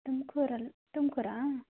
ತುಮ್ಕೂರಲ್ಲಿ ತುಮಕೂರಾ